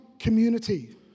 community